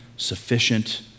sufficient